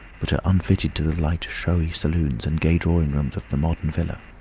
but are unfitted to the light showy saloons and gay drawing-rooms of the modern villa.